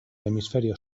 hemisferio